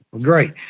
great